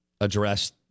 address